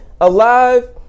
alive